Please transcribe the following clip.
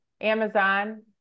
Amazon